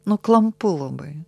nu klampu labai